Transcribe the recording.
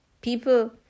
people